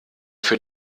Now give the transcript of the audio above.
für